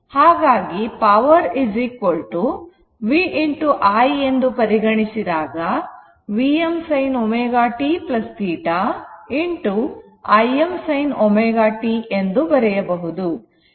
ಹಾಗಾಗಿ power power v i ಎಂದು ಪರಿಗಣಿಸಿದಾಗVm sin ω t θ Im sin ω t ಎಂದು ಬರೆಯಬಹುದು